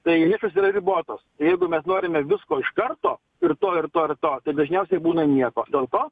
tai visos yra ribotos jeigu mes norime visko iš karto ir to ir to ir to tai dažniausiai būna nieko dėl to